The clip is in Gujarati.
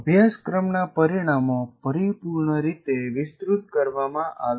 અભ્યાસક્રમના પરિણામો પરિપૂર્ણ રીતે વિસ્તૃત કરવામાં આવે છે